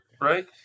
right